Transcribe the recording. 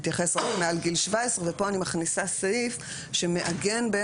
מתייחס רק מעל גיל 17 ופה אני מכניסה סעיף שמעגן את